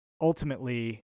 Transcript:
ultimately